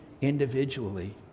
individually